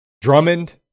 Drummond